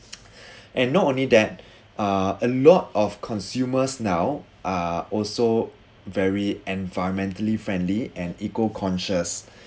and not only that uh a lot of consumers now are also very environmentally friendly and eco conscious